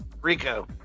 Rico